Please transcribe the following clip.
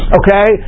okay